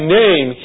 name